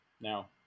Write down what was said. now